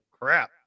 Crap